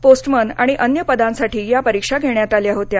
postman आणि अन्य पदांसाठी या परीक्षा घेण्यात आल्या होत्या